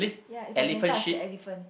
ya if I can touch a elephant